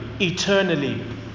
eternally